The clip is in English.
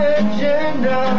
agenda